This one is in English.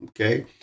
okay